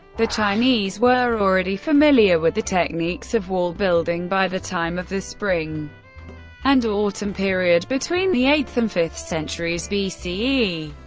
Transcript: the chinese were already familiar with the techniques of wall-building by the time of the spring and autumn period between the eighth and fifth centuries bce.